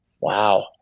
Wow